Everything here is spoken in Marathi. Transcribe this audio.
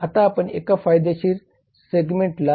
आता आपण एका फायदेशीर सेगमेंटला लक्ष्य करण्यासाठी आलो आहोत